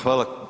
Hvala.